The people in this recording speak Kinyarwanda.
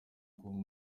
kuba